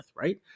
right